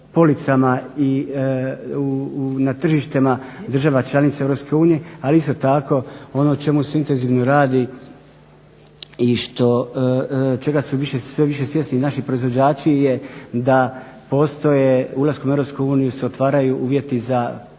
policama i na tržištu država članica EU. Ali isto tako ono na čemu se intenzivno radi i čega su sve više svjesni naši proizvođači je da postoje ulaskom u EU se otvaraju uvjeti za bolji